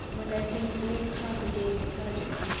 when there seemed the least chance of gaining intelligence.